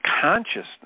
consciousness